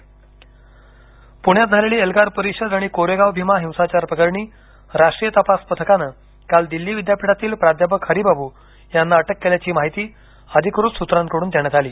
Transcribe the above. कोरेगाव भीमा अटक प्रण्यात झालेली एल्गार परिषद आणि कोरेगाव भीमा हिंसाचार प्रकरणी राष्ट्रीय तपास पथकानं काल दिल्ली विद्यापीठातील प्राध्यापक हरिबाबू यांना अटक केल्याची माहिती अधिकृत सूत्रांकडून देण्यात आली